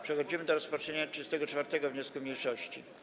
Przechodzimy do rozpatrzenia 34. wniosku mniejszości.